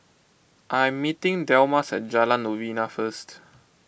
I am meeting Delmas at Jalan Novena first